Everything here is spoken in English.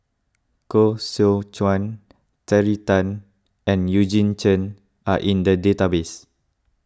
Koh Seow Chuan Terry Tan and Eugene Chen are in the database